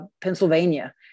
Pennsylvania